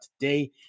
today